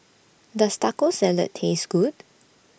Does Taco Salad Taste Good